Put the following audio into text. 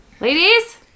Ladies